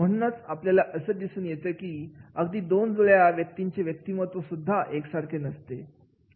म्हणूनच आपल्याला असं दिसून येतो अगदी दोन जुळ्या व्यक्तींचा व्यक्तिमत्व सुद्धा एक सारखं नसते